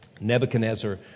Nebuchadnezzar